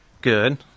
Good